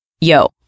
Yo